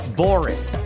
boring